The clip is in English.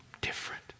Different